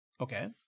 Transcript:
Okay